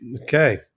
Okay